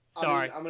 Sorry